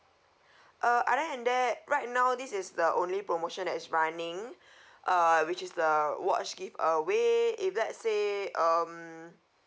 uh other than that right now this is the only promotion that is running uh which is the watch give away if let's say um